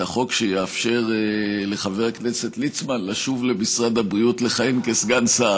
נביא את החוק שיאפשר לחבר הכנסת ליצמן לשוב למשרד הבריאות לכהן כסגן שר.